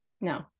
No